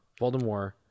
Voldemort